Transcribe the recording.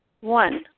One